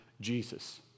Jesus